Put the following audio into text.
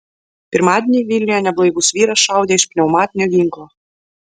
pirmadienį vilniuje neblaivus vyras šaudė iš pneumatinio ginklo